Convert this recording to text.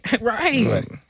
Right